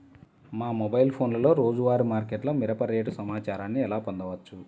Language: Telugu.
మా మొబైల్ ఫోన్లలో రోజువారీ మార్కెట్లో మిరప రేటు సమాచారాన్ని ఎలా పొందవచ్చు?